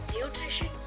nutrition